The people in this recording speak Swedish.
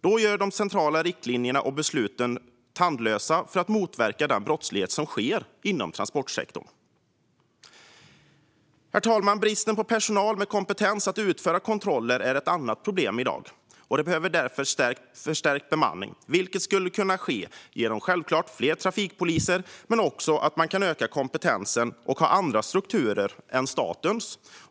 Då blir de centrala riktlinjerna och besluten tandlösa när det gäller att motverka brottsligheten inom transportsektorn. Herr talman! Bristen på personal med kompetens att utföra kontroller är ett annat problem i dag, och det behövs därför förstärkt bemanning. Det kan självklart ske med fler trafikpoliser, ökad kompetens och andra strukturer än statens.